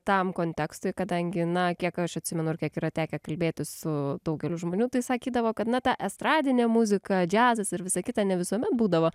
tam kontekstui kadangi na kiek aš atsimenu ir kiek yra tekę kalbėtis su daugeliu žmonių tai sakydavo kad na ta estradinė muzika džiazas ir visa kita ne visuomet būdavo